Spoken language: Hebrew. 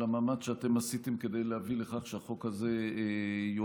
על המאמץ שעשיתם להביא לכך שהחוק הזה יוארך,